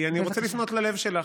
כי אני רוצה לפנות ללב שלך.